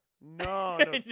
No